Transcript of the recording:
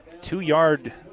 Two-yard